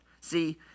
See